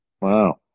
Wow